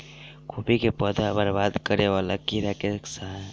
कोबी केँ पौधा केँ बरबाद करे वला कीड़ा केँ सा है?